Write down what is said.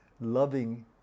Loving